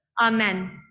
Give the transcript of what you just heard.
Amen